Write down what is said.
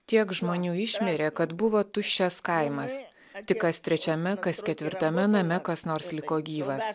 tiek žmonių išmirė kad buvo tuščias kaimas tik kas trečiame kas ketvirtame name kas nors liko gyvas